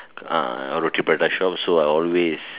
ah Roti Prata shop so I always